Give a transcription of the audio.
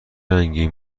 رنگی